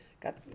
got